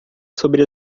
sobre